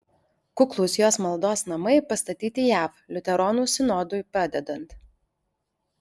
kuklūs jos maldos namai pastatyti jav liuteronų sinodui padedant